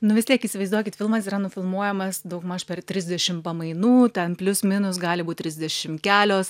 nu vis tiek įsivaizduokit filmas yra nufilmuojamas daugmaž per trisdešim pamainų ten plius minus gali būti trisdešim kelios